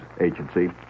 agency